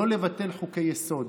לא לבטל חוקי-יסוד,